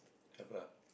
have lah